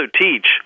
teach